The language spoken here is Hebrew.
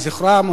לזכרם,